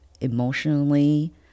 emotionally